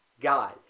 God